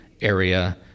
area